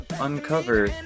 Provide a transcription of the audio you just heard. uncover